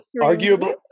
arguably